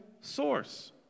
source